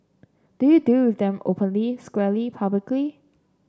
do you deal with them openly squarely publicly